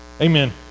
Amen